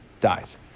dies